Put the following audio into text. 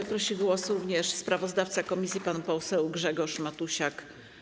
O głos prosi również sprawozdawca komisji pan poseł Grzegorz Matusiak.